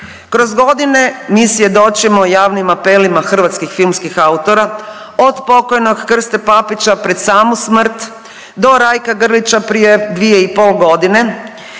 Kroz godine mi svjedočimo javnim apelima hrvatskih filmskih autora od pokojnog Krste Papića pred samu smrt do Rajka Grlića prije dvije i pol godine